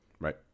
Right